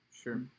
Sure